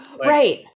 Right